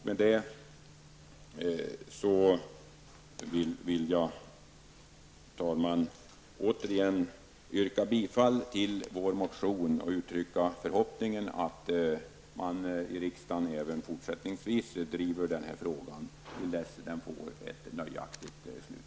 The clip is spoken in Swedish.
Med det yrkar jag igen bifall till vår motion och uttrycker förhoppningen att man även fortsättningsvis driver den här frågan i riksdagen till dess att den för en nöjaktig lösning.